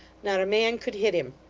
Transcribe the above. not a man could hit him.